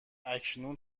اکنون